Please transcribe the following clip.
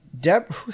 Deb